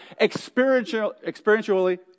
experientially